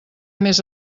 més